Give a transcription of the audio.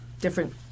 different